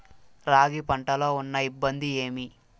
రాగి పంటలో ఉన్న ఇబ్బంది ఏమి?